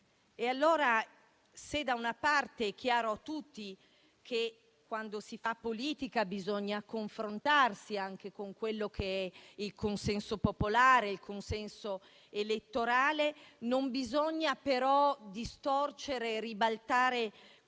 surreali. Se da una parte è chiaro a tutti che quando si fa politica bisogna confrontarsi anche con quello che è il consenso popolare ed elettorale, non bisogna però distorcere e ribaltare